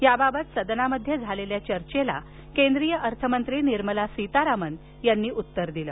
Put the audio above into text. याबाबत सदनामध्ये झालेल्या चर्चेला केंद्रीय अर्थमंत्री निर्मला सीतारामन यांनी उत्तर दिलं